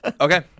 Okay